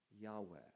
Yahweh